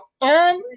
on